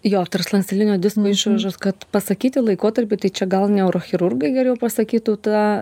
jo tarpslankstelinio disko išvaržos kad pasakyti laikotarpį tai čia gal neurochirurgai geriau pasakytų tą